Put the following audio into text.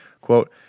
Quote